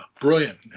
brilliant